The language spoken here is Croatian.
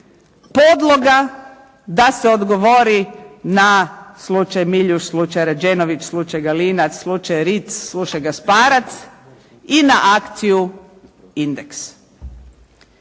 podloga da se odgovori na slučaj Miljuš, slučaj Rađenović, slučaj Galinac, slučaj Ric, slučaj Gašparac i na akciju "Indeks".